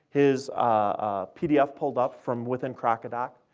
his ah pdf pulled up from within crodoc,